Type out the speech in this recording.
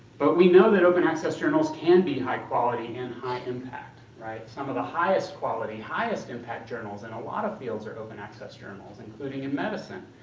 but we know that open access journals can be high quality and high impact. some of the highest quality, highest impact journals in and a lot of fields are open access journals including in medicine.